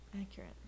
Accurate